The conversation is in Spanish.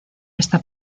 esta